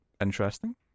Interesting